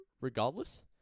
regardless